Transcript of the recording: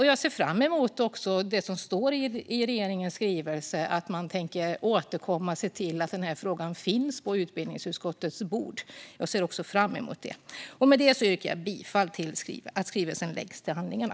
Jag ser fram emot det som står i regeringens skrivelse om att man tänker återkomma och se till att frågan finns på utbildningsutskottets bord. Med det yrkar jag bifall till att skrivelsen läggs till handlingarna.